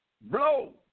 blow